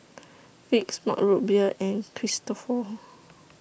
Vicks Mug Root Beer and Cristofori